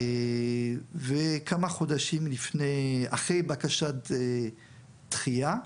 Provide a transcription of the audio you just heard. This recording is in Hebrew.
כמה חודשים אחרי בקשת דחייה,